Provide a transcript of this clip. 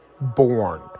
born